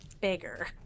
bigger